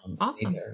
awesome